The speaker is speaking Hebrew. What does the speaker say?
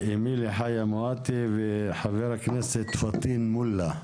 אמילי חיה מואטי, וחה"כ פטין מולא.